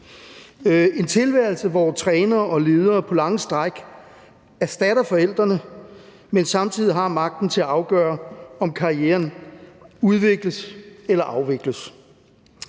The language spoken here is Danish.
en tilværelse, hvor trænere og ledere på lange stræk erstatter forældrene, men samtidig har magten til at afgøre, om karrieren udvikles eller afvikles.